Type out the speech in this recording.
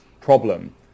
problem